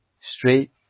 straight